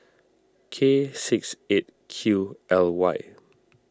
K six eight Q L Y